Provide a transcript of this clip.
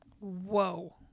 Whoa